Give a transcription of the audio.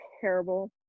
Terrible